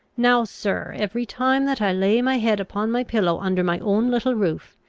now, sir, every time that i lay my head upon my pillow under my own little roof,